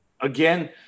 again